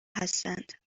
هستند